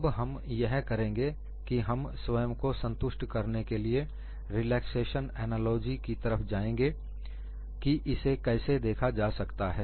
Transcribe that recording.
अब हम यह करेंगे कि हम स्वयं को संतुष्ट करने के लिए रिलैक्सेशन एनालॉजी की तरफ जाएंगे कि इसे कैसे देखा जा सकता है